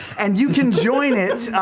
and you can join it,